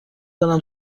دارم